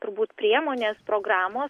turbūt priemonės programos